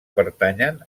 pertanyen